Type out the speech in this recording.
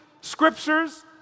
scriptures